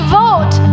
vote